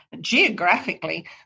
Geographically